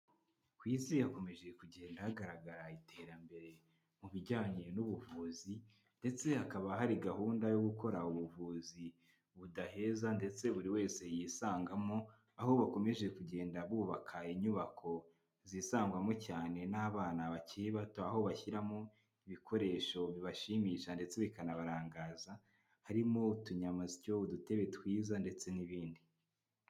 Ku isi yakomeje kugenda hagaragara iterambere mu bijyanye n'ubuvuzi ndetse hakaba hari gahunda yo gukora ubuvuzi budaheza ndetse buri wese yisangamo, aho bakomeje kugenda bubaka inyubako zisangwamo cyane n'abana bakiri bato aho bashyiramo ibikoresho bibashimisha ndetse bikanabarangaza harimo utunyamasyo udutebe twiza ndetse n'ibindi.